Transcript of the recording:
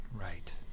Right